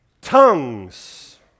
tongues